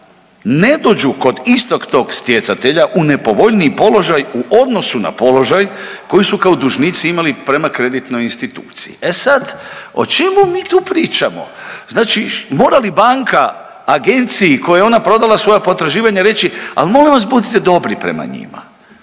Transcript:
ne dođu kod istog tog stjecatelja u nepovoljniji položaj u odnosu na položaj koji su kao dužnici imali prema kreditnoj instituciji. E sad, o čemu mi tu pričamo? Znači mora li banka agenciji kojoj je ona prodala svoja potraživanja reći, ali molim vas budite dobri prema njima,